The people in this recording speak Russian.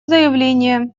заявление